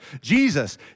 Jesus